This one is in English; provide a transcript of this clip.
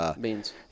beans